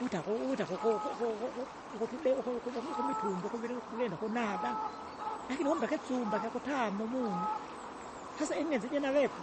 Uta- ku- uta- ku- ku- ku- ku- kuku ukutude uku- ukum- ukumitumba ukuviri ukuturinda kunanda, lakini umbe ikisumba ikyakutama umunu. Hasa ingenze jinalepo,